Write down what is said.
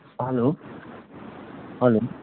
hello hello